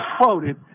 quoted